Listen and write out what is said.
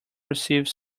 receive